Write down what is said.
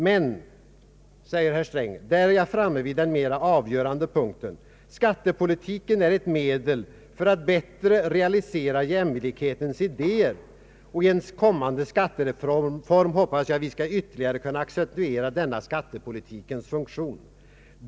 Men, och där är jag framme vid den mera avgörande punkten, skattepolitiken är ett medel för att bättre realisera jämlikhetens idéer, och i en kommande skattereform hoppas jag vi skall ytterligare kunna accentuera denna skattepolitikens funktion.